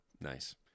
Nice